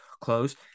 close